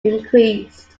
increased